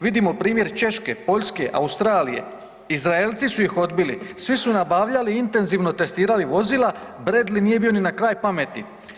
Vidimo primjer Češke, Poljske, Australije, Izraelci su ih odbili, svi su nabavljali i intenzivno testirali vozila, Bradley nije bio ni na kraj pamet.